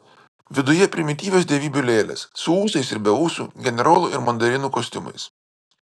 viduje primityvios dievybių lėlės su ūsais ir be ūsų generolų ir mandarinų kostiumais